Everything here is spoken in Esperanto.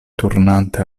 turnante